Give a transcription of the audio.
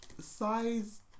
Size